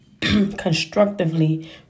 constructively